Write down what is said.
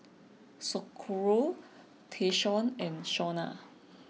Socorro Tayshaun and Shawna